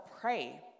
pray